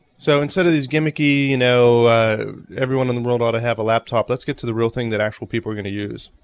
so instead of these gimicky you know everyone-in-the-world-ought-to-have-a-laptop let's get to the real thing that actual people are gonna use.